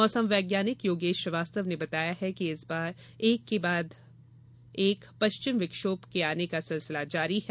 मौसम वैज्ञानिक योगेश श्रीवास्तव ने बताया है कि इस बार एक के बाद पश्चिमी विक्षोभ का आने का सिलसिला जारी है